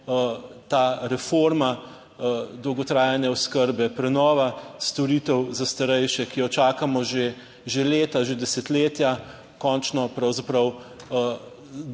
ta reforma dolgotrajne oskrbe prenova storitev za starejše, ki jo čakamo že leta, že desetletja, končno pravzaprav prinesla